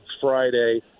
Friday